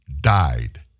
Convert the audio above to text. died